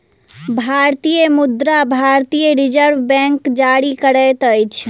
भारतीय मुद्रा भारतीय रिज़र्व बैंक जारी करैत अछि